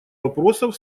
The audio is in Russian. вопросов